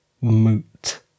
Moot